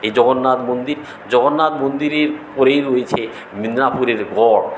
এই জগন্নাথ মন্দির জগন্নাথ মন্দিরের পরেই রয়েছে মেদিনীপুরের গড়